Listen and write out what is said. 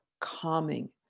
calming